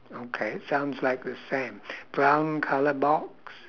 okay sounds like the same brown colour box